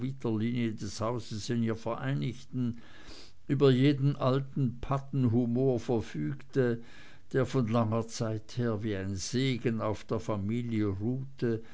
in ihr vereinigten über jenen alten paddenhumor verfügte der von langer zeit her wie ein segen auf der familie ruhte